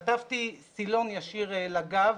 חטפתי סילון ישיר לגב,